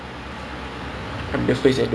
!chey! no lah